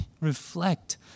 reflect